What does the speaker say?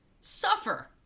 Suffer